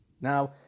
Now